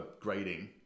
grading